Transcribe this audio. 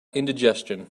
indigestion